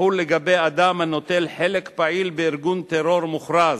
תחול על אדם הנוטל חלק פעיל בארגון טרור מוכרז,